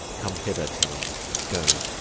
come hither, tyrrel go,